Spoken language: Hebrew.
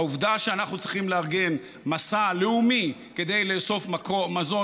העובדה שאנחנו צריכים לארגן מסע לאומי כדי לאסוף מזון